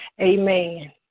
amen